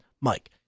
Mike